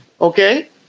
okay